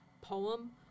poem